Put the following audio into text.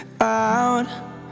out